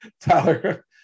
Tyler